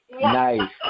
nice